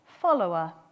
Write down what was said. Follower